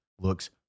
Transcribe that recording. looks